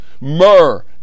Myrrh